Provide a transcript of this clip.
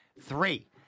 three